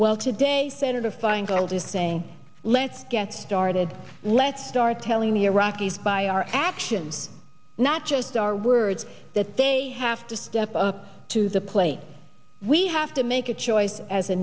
well today senator feingold is saying let's get started let's start telling the iraqis by our actions not just our words that they have to step up to the plate we have to make a choice as a